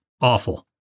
Awful